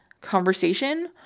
conversation